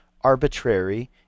arbitrary